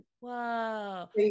Wow